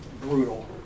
brutal